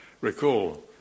recall